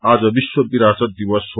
आज विश्व विरासत दिवस हो